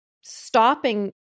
stopping